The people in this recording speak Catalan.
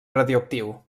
radioactiu